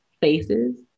faces